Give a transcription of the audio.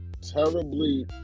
terribly